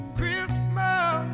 Christmas